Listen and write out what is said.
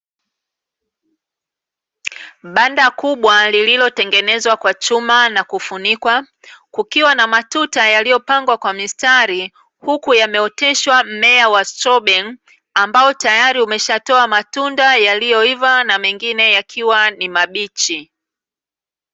Banda kubwa lililotengenezwa kwa chuma na kufunikwa, kukiwa na matuta yaliyopangwa kwa mistari huku yameoteshwa mmea wa stroberi, ambao tayari umeshatoa matunda yaliyoiva na mengine yakiwa ni mabichi.